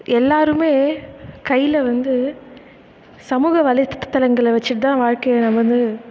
எல்லோருமே கையில் வந்து சமூக வலைத்தளங்களை வச்சிகிட்தான் வாழ்க்கையை நம்ம வந்து